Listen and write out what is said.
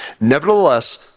Nevertheless